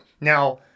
Now